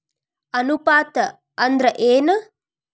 ಅನುಪಾತ ಅಂದ್ರ ಏನ್?